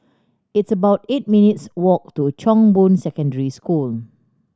it's about eight minutes' walk to Chong Boon Secondary School